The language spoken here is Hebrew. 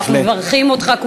ואנחנו מברכים אותך,